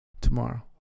tomorrow